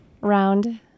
Round